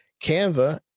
Canva